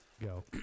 Go